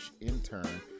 intern